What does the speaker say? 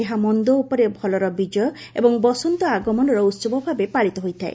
ଏହା ମନ୍ଦ ଉପରେ ଭଲର ବିଜୟ ଏବଂ ବସନ୍ତ ଆଗମନର ଉହବଭାବେ ପାଳିତ ହୋଇଥାଏ